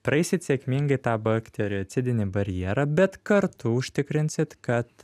praeisit sėkmingai tą bakteriocidinį barjerą bet kartu užtikrinsit kad